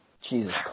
Jesus